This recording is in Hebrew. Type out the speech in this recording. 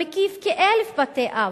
המקיף כ-1,000 בתי-אב.